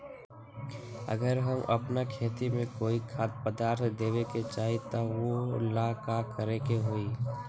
अगर हम अपना खेती में कोइ खाद्य पदार्थ देबे के चाही त वो ला का करे के होई?